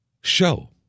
show